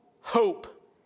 hope